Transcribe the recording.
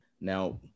now